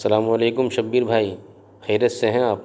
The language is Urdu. السلام علیکم شبیر بھائی خیریت سے ہیں آپ